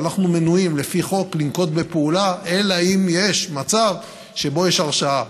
אבל אנחנו מנועים לפי חוק לנקוט פעולה אלא אם כן יש מצב שבו יש הרשעה.